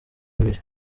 babiri